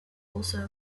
also